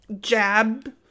jab